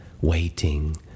Waiting